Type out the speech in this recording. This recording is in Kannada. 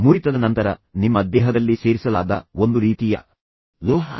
ಮುರಿತದ ನಂತರ ನಿಮ್ಮ ದೇಹದಲ್ಲಿ ಸೇರಿಸಲಾದ ಒಂದು ರೀತಿಯ ಲೋಹ